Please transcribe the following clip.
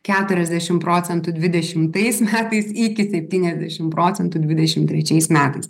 keturiasdešim procentų dvidešimtais metais iki septyniasdešim procentų dvidešim trečiais metais